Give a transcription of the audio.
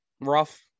rough